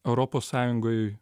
europos sąjungoj